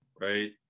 right